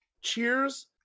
cheers